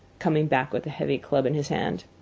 coming back with a heavy club in his hand.